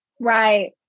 Right